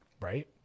Right